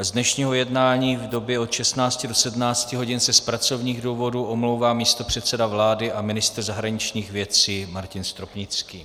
Z dnešního jednání v době od 16 do 17 hodin se z pracovních důvodů omlouvá místopředseda vlády a ministr zahraničních věcí Martin Stropnický.